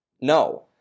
No